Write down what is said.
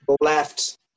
left